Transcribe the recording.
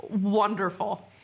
wonderful